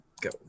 Go